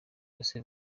uwase